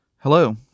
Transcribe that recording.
Hello